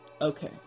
okay